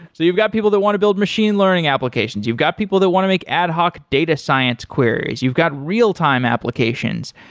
you've got people that want to build machine learning applications, you've got people that want to make ad hoc data science queries, you've got real time applications.